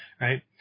right